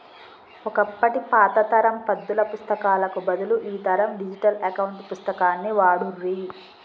ఒకప్పటి పాత తరం పద్దుల పుస్తకాలకు బదులు ఈ తరం డిజిటల్ అకౌంట్ పుస్తకాన్ని వాడుర్రి